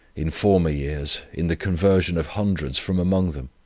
in former years, in the conversion of hundreds from among them.